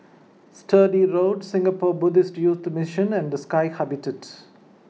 Sturdee Road Singapore Buddhist Youth Mission and Sky Habitat